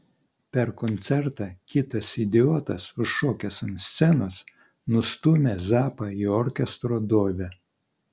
per koncertą kitas idiotas užšokęs ant scenos nustūmė zappą į orkestro duobę